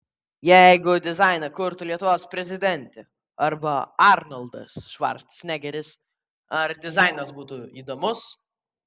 jeigu dizainą kurtų lietuvos prezidentė arba arnoldas švarcnegeris ar dizainas būtų įdomus